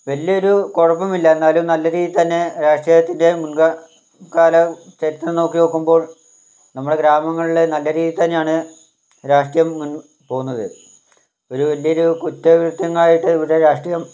വലിയൊരു കുഴപ്പമില്ല എന്നാലും നല്ലരീതിയിൽ തന്നെ രാഷ്ട്രീയത്തിന്റെ മുൻകാലം ചരിത്രം നോക്കിനോക്കുമ്പോൾ നമ്മുടെ ഗ്രാമങ്ങളിലെ നല്ല രീതിയിൽ തന്നെയാണ് രാഷ്ട്രീയം മുൻ പോകുന്നത് ഒരു വലിയൊരു കുറ്റകൃത്യമായിട്ട് ഇവിടെ രാഷ്ട്രീയം